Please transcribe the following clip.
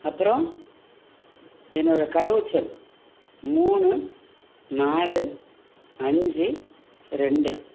அப்புறம் என்னோடய கடவுச்சொல் மூணு நாலு அஞ்சு ரெண்டு